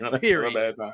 period